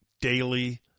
daily